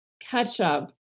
ketchup